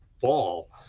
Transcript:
fall